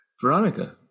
Veronica